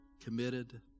committed